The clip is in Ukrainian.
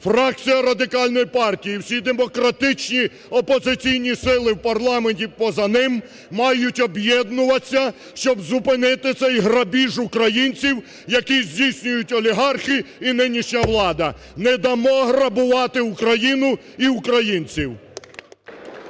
Фракція Радикальної партії і всі демократичні опозиційні сили в парламенті і поза ним мають об'єднуватись, щоб зупинити цей грабіж українців, який здійснюють олігархи і нинішня влада. Не дамо грабувати Україну і українців!